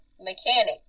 mechanic